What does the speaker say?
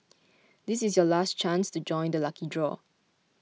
this is your last chance to join the lucky draw